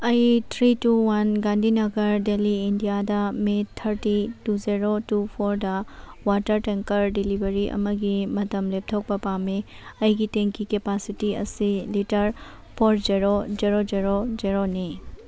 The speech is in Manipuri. ꯑꯩ three two one Gandhinagar Delhi ꯏꯟꯗꯤꯌꯥꯗ May thirty two zero two ꯐꯣꯔꯗ ꯋꯥꯇꯔ ꯇꯦꯡꯀꯔ ꯗꯤꯂꯤꯕꯔꯤ ꯑꯃꯒꯤ ꯃꯇꯝ ꯂꯦꯞꯊꯣꯛꯄ ꯄꯥꯝꯃꯤ ꯑꯩꯒꯤ ꯇꯦꯡꯀꯤ ꯀꯦꯄꯥꯁꯤꯇꯤ ꯑꯁꯤ litre four zero zero zero ꯖꯦꯔꯣꯅꯤ